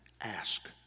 ask